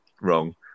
wrong